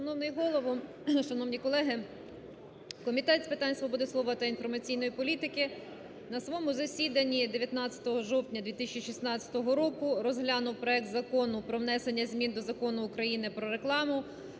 шановні колеги! Комітет з питань свободи слова та інформаційної політики на своєму засіданні 19 жовтня 2016 року розглянув проект Закону про внесення змін до Закону України "Про рекламу"